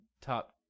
top